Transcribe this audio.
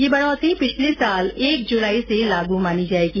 यह बढोतरी पिछले साल एक जुलाई से लागू मानी जाएगी